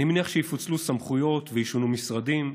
אני מניח שיפוצלו סמכויות וישונו משרדים,